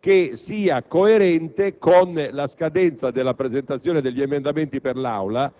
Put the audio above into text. che sia coerente con la scadenza della presentazione degli emendamenti per l'Aula,